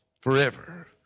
forever